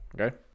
Okay